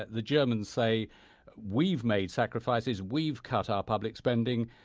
the germans say we've made sacrifices, we've cut our public spending,